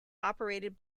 operated